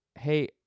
hey